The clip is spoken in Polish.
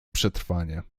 przetrwanie